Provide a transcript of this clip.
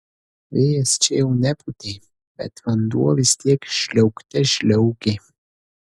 vėjas čia jau nepūtė bet vanduo vis tiek žliaugte žliaugė